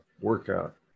workout